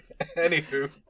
Anywho